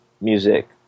music